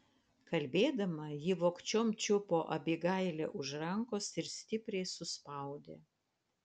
kalbėdama ji vogčiom čiupo abigailę už rankos ir stipriai suspaudė